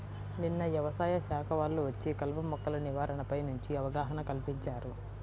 నిన్న యవసాయ శాఖ వాళ్ళు వచ్చి కలుపు మొక్కల నివారణపై మంచి అవగాహన కల్పించారు